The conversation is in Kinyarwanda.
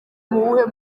muwuhe